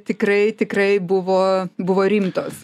tikrai tikrai buvo buvo rimtos